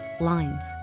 lines